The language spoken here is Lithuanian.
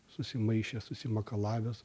susimaišęs susimakalavęs